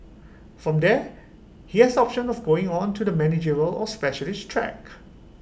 from there he has option of going on to the managerial or specialist track